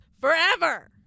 forever